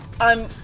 I'm-